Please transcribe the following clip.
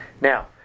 Now